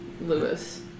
Lewis